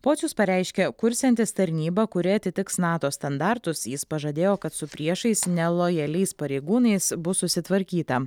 pocius pareiškė kursiantis tarnybą kuri atitiks nato standartus jis pažadėjo kad su priešais nelojaliais pareigūnais bus susitvarkyta